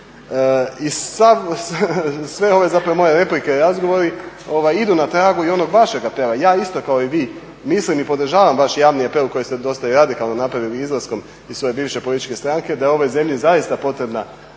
I sve ove zapravo moje replike i razgovori idu na tragu i onog vašeg apela, ja isto kao i vi mislim i podržavam vaš javni apel koji ste dosta i radikalno napravili izlaskom iz svoje bivše političke stranke da je ovoj zemlji zaista potrebna